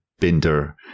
Binder